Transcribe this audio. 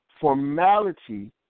formality